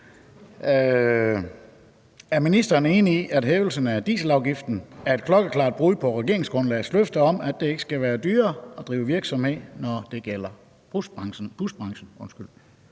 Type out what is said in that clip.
Er ministeren enig i, at hævelsen af dieselafgiften er et klokkeklart brud på regeringsgrundlagets løfte om, at det ikke skal være dyrere at drive virksomhed, når det gælder busbranchen?